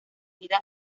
vida